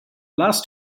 last